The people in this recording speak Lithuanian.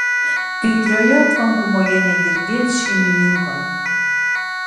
kaitrioje tvankumoje negirdėt šeimininko